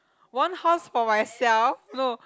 one house for myself no